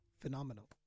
phenomenal